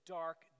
dark